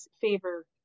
favor